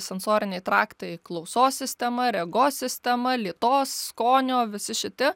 sensoriniai traktai klausos sistema regos sistema lytos skonio visi šiti